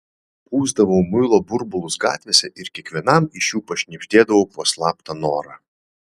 pūsdavau muilo burbulus gatvėse ir kiekvienam iš jų pašnibždėdavau po slaptą norą